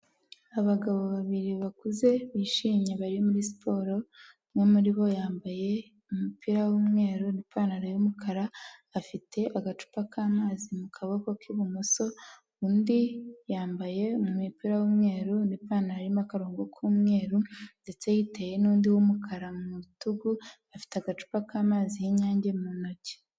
Abagabo babiri bakuze, bishimye bari muri siporo, umwe muri bo yambaye umupira w'umweru n'ipantaro y'umukara, afite agacupa k'amazi mu kaboko k'ibumoso, undi yambaye umupira w'umweru n'ipantaro irimo akarongo k'umweru ndetse yiteye n'undi w'umukara mu bitugu, afite agacupa k'amazi y'inyange mu ntoki.